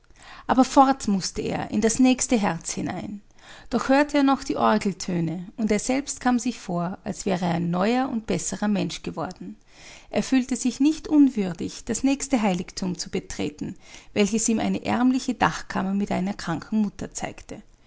aber fort mußte er in das nächste herz hinein doch hörte er noch die orgeltöne und er selbst kam sich vor als wäre er ein neuer und besserer mensch geworden er fühlte sich nicht unwürdig das nächste heiligtum zu betreten welches ihm eine ärmliche dachkammer mit einer kranken mutter zeigte